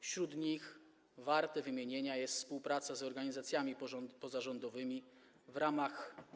Wśród nich warta wymienienia jest współpraca z organizacjami pozarządowymi w ramach